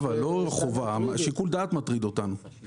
לא החובה אלא שיקול